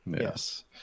Yes